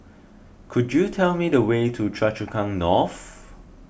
could you tell me the way to Choa Chu Kang North